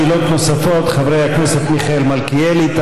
שאלות נוספות: חברי הכנסת מיכאל מלכיאלי,